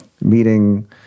meeting